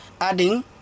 adding